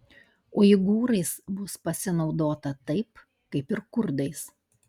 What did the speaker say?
uigūrais bus pasinaudota taip kaip ir kurdais